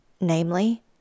Namely